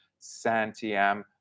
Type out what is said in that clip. Santiam